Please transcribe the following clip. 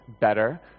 better